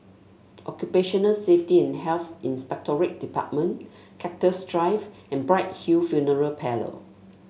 Occupational Safety and Health Inspectorate Department Cactus Drive and Bright Hill Funeral Parlour